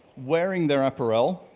wearing their apparel,